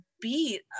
beat